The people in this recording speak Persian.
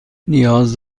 نیاز